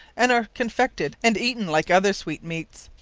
and are confected and eaten like other sweet-meats.